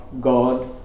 God